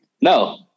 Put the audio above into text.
No